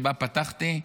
שבה פתחתי,